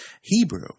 Hebrew